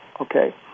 okay